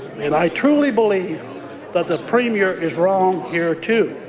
and i truly believe that the premier is wrong here too.